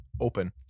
open